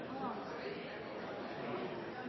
§ 15.